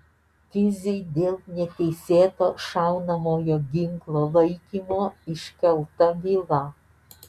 kiziui dėl neteisėto šaunamojo ginklo laikymo iškelta byla